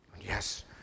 Yes